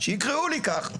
שיקראו לי ככה.